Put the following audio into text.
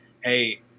hey